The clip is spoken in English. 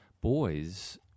boys